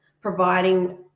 providing